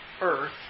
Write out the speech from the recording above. Earth